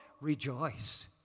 Rejoice